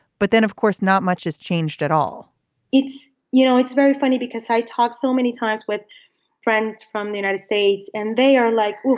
but then, of course, not much has changed at all it's you know, it's very funny because i talk so many times with friends from the united states and they are like, well,